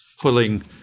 pulling